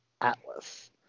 Atlas